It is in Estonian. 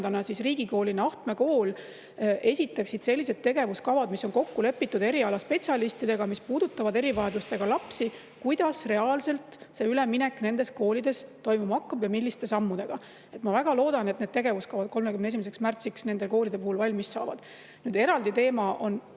Kool riigikoolina – esitaksid sellised tegevuskavad, mis on kokku lepitud erialaspetsialistidega, mis puudutavad erivajadustega lapsi, kuidas reaalselt see üleminek nendes koolides toimuma hakkab ja milliste sammudega. Ma väga loodan, et need tegevuskavad 31. märtsiks nende koolide puhul valmis saavad. Eraldi teema on